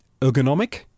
ergonomic